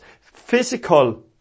physical